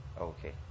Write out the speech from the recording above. Okay